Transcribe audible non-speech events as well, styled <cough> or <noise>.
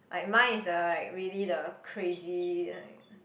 like mine is the like really the crazy <noise>